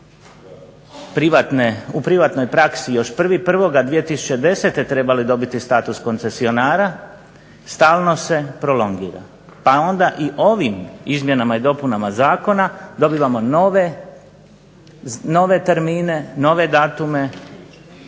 u privatnoj praksi još 1.1.2010. trebali dobiti status koncesionara stalno se prolongira, pa onda i ovim izmjenama i dopunama zakona dobivamo nove termine, nove datume